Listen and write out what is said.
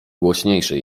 głośniejszy